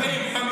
חברים,